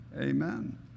Amen